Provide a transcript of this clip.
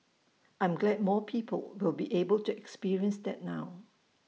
I'm glad more people will be able to experience that now